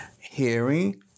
hearing